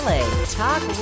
Talk